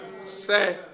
Say